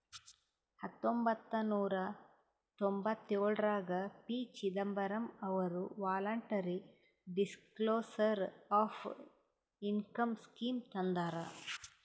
ಹತೊಂಬತ್ತ ನೂರಾ ತೊಂಭತ್ತಯೋಳ್ರಾಗ ಪಿ.ಚಿದಂಬರಂ ಅವರು voluntary disclosure of income scheme ತಂದಾರ